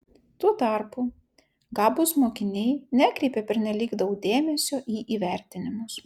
tuo tarpu gabūs mokiniai nekreipia pernelyg daug dėmesio į įvertinimus